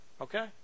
Okay